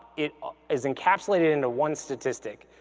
it is encapsulated into one statistic.